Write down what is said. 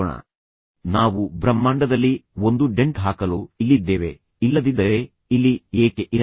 ಅವನು ಹೇಳುತ್ತಾನೆ ನಾವು ಬ್ರಹ್ಮಾಂಡದಲ್ಲಿ ಒಂದು ಡೆಂಟ್ ಹಾಕಲು ಇಲ್ಲಿದ್ದೇವೆ ಇಲ್ಲದಿದ್ದರೆ ಇಲ್ಲಿ ಏಕೆ ಇರಬೇಕು